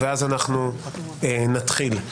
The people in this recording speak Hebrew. ואז נתחיל.